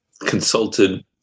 consulted